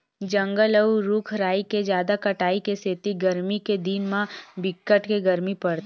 जंगल अउ रूख राई के जादा कटाई के सेती गरमी के दिन म बिकट के गरमी परथे